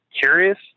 curious